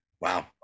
Wow